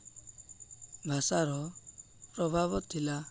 ଭାଷାର ପ୍ରଭାବ ଥିଲା